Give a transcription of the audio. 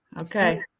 Okay